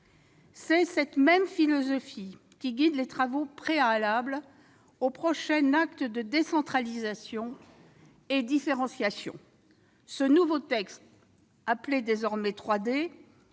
C'est cette même philosophie qui guide les travaux préalables au prochain acte de décentralisation et de différenciation ; ce nouveau texte, appelé désormais « 3D »-